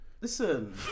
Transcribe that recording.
listen